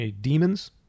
demons